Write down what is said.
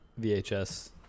VHS